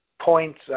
points